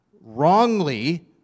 wrongly